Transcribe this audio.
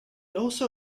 also